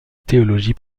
théologie